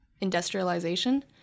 industrialization